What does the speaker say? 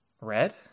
Red